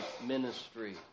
ministry